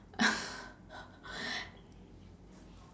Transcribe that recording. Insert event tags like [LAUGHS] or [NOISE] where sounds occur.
[LAUGHS]